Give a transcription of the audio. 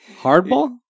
Hardball